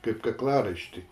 kaip kaklaraištį